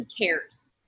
cares